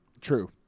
True